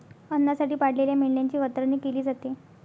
अन्नासाठी पाळलेल्या मेंढ्यांची कतरणी केली जाते